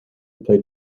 played